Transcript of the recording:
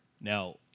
Now